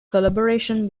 collaboration